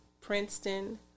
Princeton